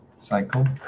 cycle